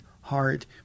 heart